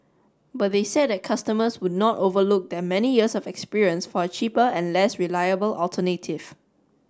but they said that customers would not overlook their many years of experience for a cheaper and less reliable alternative